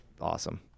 awesome